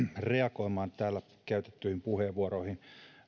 reagoimaan täällä käytettyihin puheenvuoroihin